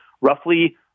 roughly